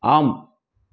ஆம்